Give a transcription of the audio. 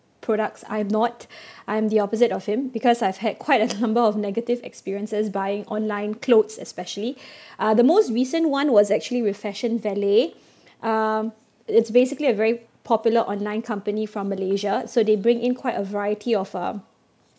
products I am not I'm the opposite of him because I've had quite a number of negative experiences buying online clothes especially uh the most recent one was actually with fashionvalet um it's basically a very popular online company from malaysia so they bring in quite a variety of um